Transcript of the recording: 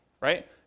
right